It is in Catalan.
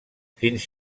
fins